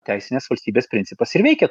teisinės valstybės principas ir veikia